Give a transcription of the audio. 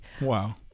Wow